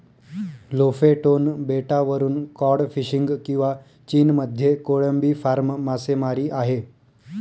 Lofoten बेटावरून cod fishing किंवा चीनमध्ये कोळंबी फार्म मासेमारी आहे